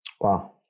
Wow